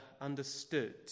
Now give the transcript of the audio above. understood